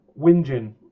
whinging